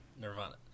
Nirvana